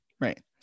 right